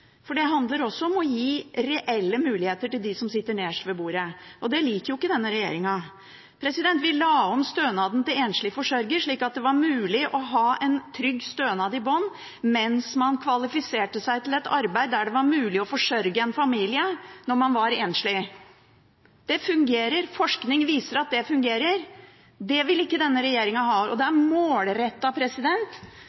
det. Det handler også om å gi reelle muligheter til dem som sitter nederst ved bordet, og det liker ikke denne regjeringen. Vi la om stønaden til enslige forsørgere, slik at det var mulig å ha en trygg stønad i bunn mens man kvalifiserte seg til et arbeid der det var mulig å forsørge en familie om man var enslig. Det fungerer. Forskning viser at det fungerer. Det vil ikke denne regjeringen ha, og det er